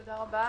תודה רבה.